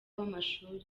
wamashuri